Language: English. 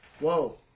Whoa